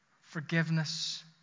Forgiveness